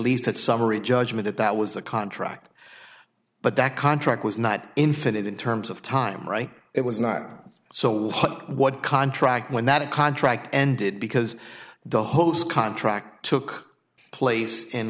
least that summary judgment that was a contract but that contract was not infinite in terms of time right it was not so what contract when that a contract ended because the host contract took place in